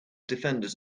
defenders